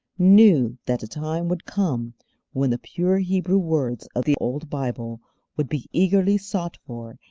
knew that a time would come when the pure hebrew words of the old bible would be eagerly sought for,